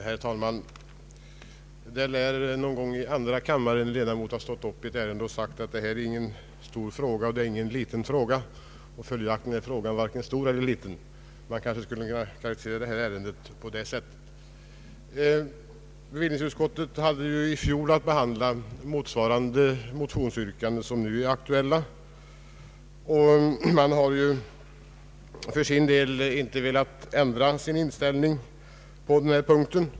Herr talman! En gång lär en ledamot i andra kammaren ha stått upp och sagt att detta inte är någon stor eller liten fråga, följaktligen är frågan varken stor eller liten. Man kanske kan karakterisera det nu föreliggande ärendet på det sättet. Bevillningsutskottet hade i fjol att behandla motsvarande motionsyrkanden som nu är aktuella och har inte velat ändra sin inställning på denna punkt.